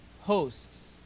hosts